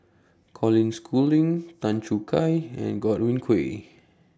Colin Schooling Tan Choo Kai and Godwin Koay